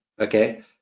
okay